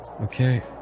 Okay